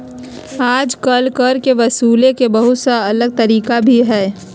आजकल कर के वसूले के बहुत सा अलग तरीका भी हइ